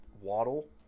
Waddle